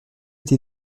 été